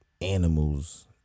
animals